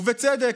ובצדק,